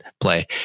play